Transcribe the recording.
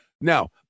Now